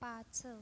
पाच